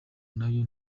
nayo